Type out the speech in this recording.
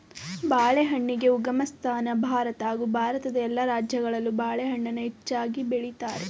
ಬಾಳೆಹಣ್ಣಿಗೆ ಉಗಮಸ್ಥಾನ ಭಾರತ ಹಾಗೂ ಭಾರತದ ಎಲ್ಲ ರಾಜ್ಯಗಳಲ್ಲೂ ಬಾಳೆಹಣ್ಣನ್ನ ಹೆಚ್ಚಾಗ್ ಬೆಳಿತಾರೆ